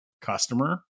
customer